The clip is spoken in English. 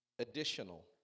additional